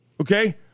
Okay